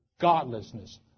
Godlessness